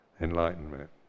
enlightenment